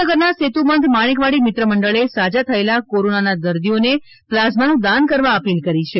ભાવનગરના સેતુબંધ માણેકવાડી મિત્ર મંડળે સાજા થયેલા કોરોના દર્દીઓ ને પ્લાઝમા નું દાન કરવા અપીલ કરી છે